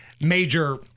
major